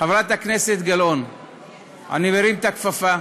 ואני מוחק אותה.